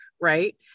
right